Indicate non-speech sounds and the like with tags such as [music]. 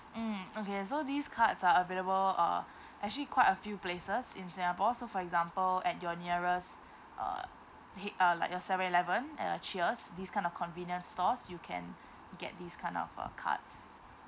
mm okay so these cards are available uh actually quite a few places in singapore so for example at your nearest uh [noise] uh like a seven eleven uh cheers this kind of convenience stores you can get this kind of uh cards